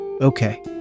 Okay